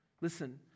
Listen